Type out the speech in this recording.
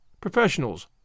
professionals